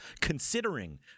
considering